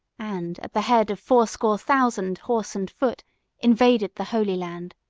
and at the head of fourscore thousand horse and foot invaded the holy land.